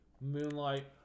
Moonlight